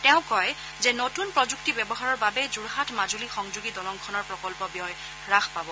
তেওঁ কয় যে নতুন প্ৰযুক্তি ব্যৱহাৰৰ বাবে যোৰহাট মাজুলী সংযোগী দলংখনৰ প্ৰকল্প ব্যয় হাস পাব